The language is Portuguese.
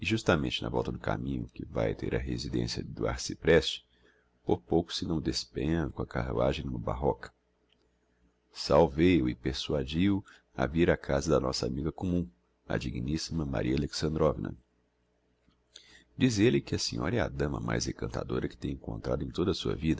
justamente na volta do caminho que vae ter á residencia do arcypreste por pouco se não despenha com a carruagem n'uma barroca salvei o e persuadi o a vir para casa da nossa amiga commum a dignissima maria alexandrovna diz elle que a senhora é a dama mais encantadora que tem encontrado em toda a sua